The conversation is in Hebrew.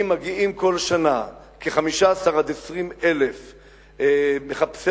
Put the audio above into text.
אם מגיעים בכל שנה 15,000 20,000 מחפשי